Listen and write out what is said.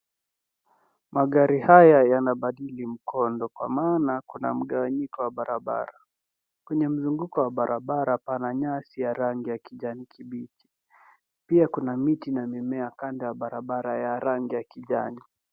Magari haya yanabadili mkondo kwa maana kuna mgawanyiko wa barabara kwenye mzunguko wa barabara. Pana nyasi ya rangi ya kijani kibichi. Pia kuna miti na mimea kando ya barabara ya rangi ya kijani.